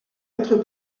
être